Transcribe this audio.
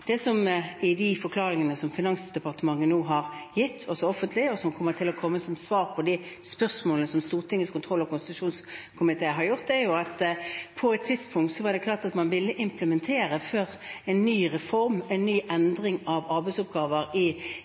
I de forklaringene som Finansdepartementet nå har gitt også offentlig, og som kommer til å komme som svar på de spørsmålene som Stortingets kontroll- og konstitusjonskomité har stilt, er det slik at på et tidspunkt var det klart at man ville implementere før en kom med en ny reform – en ny endring av arbeidsoppgaver i